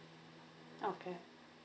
okay